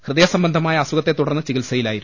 ഹൃദയസം ബന്ധമായ അസുഖത്തെ തുടർന്ന് ചികിത്സയിലായിരുന്നു